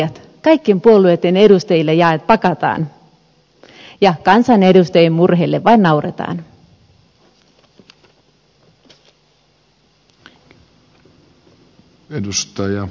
lahjat kaikkien puolueitten edustajille pakataan ja kansanedustajien murheille vain nauretaan